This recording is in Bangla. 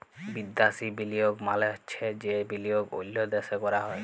বিদ্যাসি বিলিয়গ মালে চ্ছে যে বিলিয়গ অল্য দ্যাশে ক্যরা হ্যয়